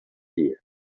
dies